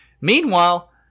Meanwhile